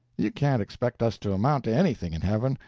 you can't expect us to amount to anything in heaven,